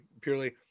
purely